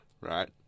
right